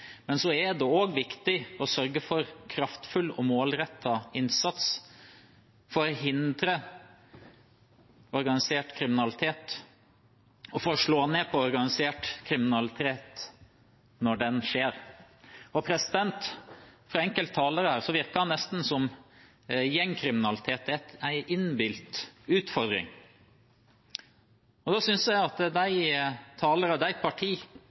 Men så er det også viktig å sørge for kraftfull og målrettet innsats for å hindre organisert kriminalitet og for å slå ned på organisert kriminalitet når den skjer. Fra enkelte talere her virker det nesten som gjengkriminalitet er en innbilt utfordring. Da synes jeg at de talerne og de